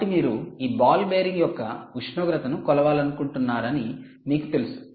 కాబట్టి మీరు ఈ బాల్ బేరింగ్ యొక్క ఉష్ణోగ్రతను కొలవాలనుకుంటున్నారని మీకు తెలుసు